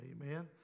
amen